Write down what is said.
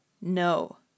No